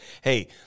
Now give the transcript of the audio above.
Hey